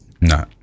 No